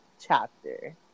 chapter